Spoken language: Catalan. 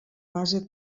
base